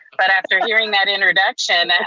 but after hearing that introduction,